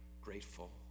grateful